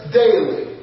daily